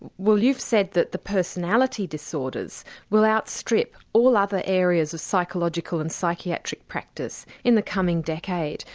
well you've said that the personality disorders will outstrip all other areas of psychological and psychiatric practice in the coming decade.